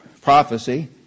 prophecy